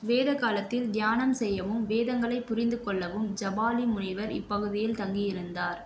வேத காலத்தில் தியானம் செய்யவும் வேதங்களைப் புரிந்துகொள்ளவும் ஜாபாலி முனிவர் இப்பகுதியில் தங்கியிருந்தார்